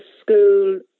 school